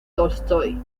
tolstói